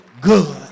good